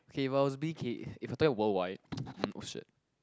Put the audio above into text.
okay but if it was B_K if you're talking worldwide um oh shit